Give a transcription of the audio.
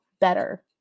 better